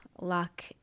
luck